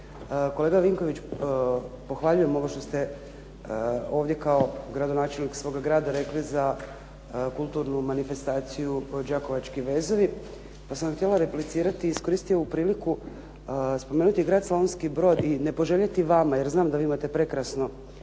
Kolega Vinković pohvaljujem ovo što ste kao gradonačelnik svoga grada rekli za kulturnu manifestaciju Đakovački vezovi. Pa sam htjela replicirati i iskoristiti ovu priliku i spomenuti Slavonski Brod i ne poželjeti vama, jer znam da vi imate prekrasan